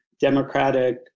Democratic